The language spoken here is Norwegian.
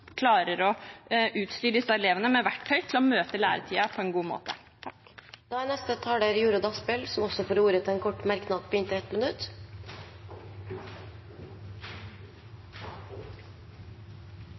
klarer å utstyre disse elevene med verktøy for å møte læretiden på en god måte. Representanten Jorodd Asphjell har hatt ordet to ganger tidligere og får ordet til en kort merknad, begrenset til 1 minutt.